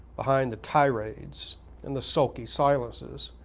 behind the tirades and the sulky silences,